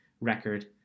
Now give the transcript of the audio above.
record